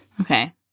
Okay